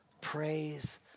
Praise